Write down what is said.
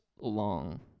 long